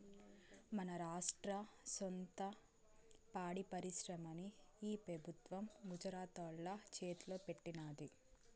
మన రాష్ట్ర సొంత పాడి పరిశ్రమని ఈ పెబుత్వం గుజరాతోల్ల చేతల్లో పెట్టినాది